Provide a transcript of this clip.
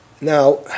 now